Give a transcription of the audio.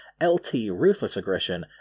LTRuthlessAggression